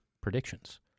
predictions